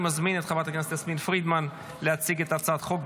אני מזמין את חברת הכנסת יסמין פרידמן להציג את הצעת החוק,